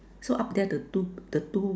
so up there the two the two